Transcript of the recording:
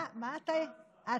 אני סגן שר, לא שר.